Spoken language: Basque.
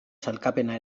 sailkapena